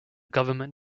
government